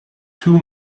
two